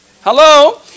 Hello